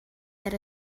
that